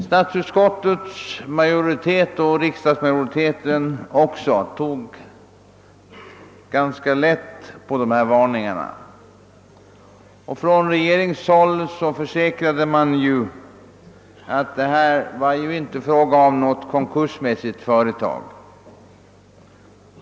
Statsutskottets majoritet och även riksdagsmajoriteten tog ganska lätt på varningarna, och från regeringshåll försäkrades att det inte var något konkursmässigt företag.